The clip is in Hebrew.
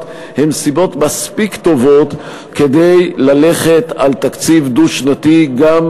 הם סיבות מספיק טובות כדי ללכת על תקציב דו-שנתי גם,